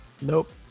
Nope